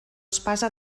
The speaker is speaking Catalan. espasa